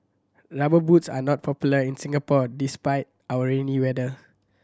Rubber Boots are not popular in Singapore despite our rainy weather